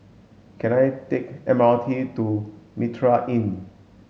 can I take M R T to Mitraa Inn